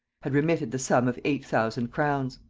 had remitted the sum of eight thousand crowns.